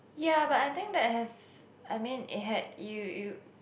ya but I think that has I mean it had you you